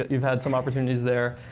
you've had some opportunities there.